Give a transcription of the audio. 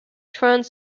trans